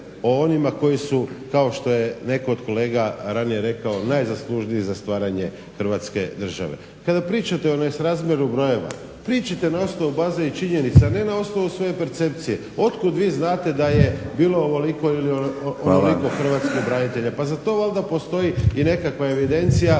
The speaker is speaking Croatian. o onima koji su kao što je netko od kolega ranije rekao najzaslužniji za stvaranje Hrvatske države. Kada pričate o nesrazmjeru brojeva pričajte na osnovu obznanjenih činjenica, a ne na osnovu svoje percepcije. Otkud vi znate da je bilo ovoliko ili onoliko hrvatskih branitelja? Pa za to valjda postoji i nekakva evidencija